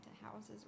houses